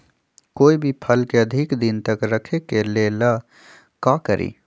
कोई भी फल के अधिक दिन तक रखे के ले ल का करी?